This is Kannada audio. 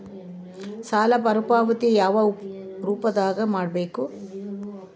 ಸಾಲ ಮರುಪಾವತಿ ಯಾವ ರೂಪದಾಗ ಮಾಡಬೇಕು?